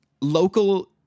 Local